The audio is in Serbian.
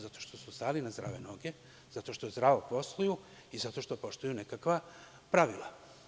Zato što su stali na zdrave noge, zato što zdravo posluju i zato što poštuju nekakva pravila.